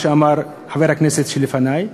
כמו שאמר חבר הכנסת שדיבר לפני,